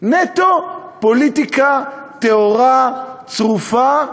נטו פוליטיקה טהורה, צרופה,